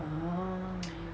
ah